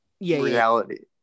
reality